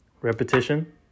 Repetition